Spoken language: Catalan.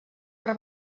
per